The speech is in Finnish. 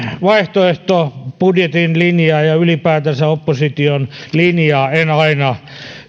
vaihtoehtobudjetin linjaa ja ylipäätänsä opposition linjaa en aina